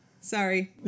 Sorry